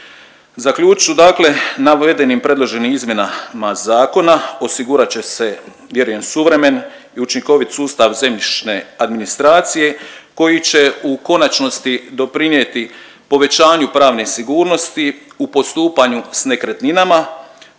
Zaključit ću dakle navedenim predloženim izmjenama zakona osigurat će se vjerujem suvremen i učinkovit sustav zemljišne administracije koji će u konačnosti doprinijeti povećanju pravne sigurnosti u postupanju s nekretninama,